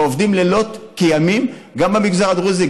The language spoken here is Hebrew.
ועובדים לילות כימים גם במגזר הדרוזי,